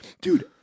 Dude